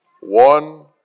One